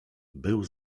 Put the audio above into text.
byl